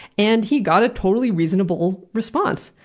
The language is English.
and he got a totally reasonable response.